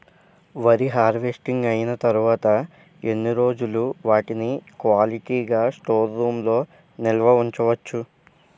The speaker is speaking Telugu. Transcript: వరి హార్వెస్టింగ్ అయినా తరువత ఎన్ని రోజులు వాటిని క్వాలిటీ గ స్టోర్ రూమ్ లొ నిల్వ ఉంచ వచ్చు?